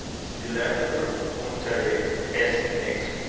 spielender unterricht heisst nicht,